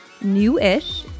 new-ish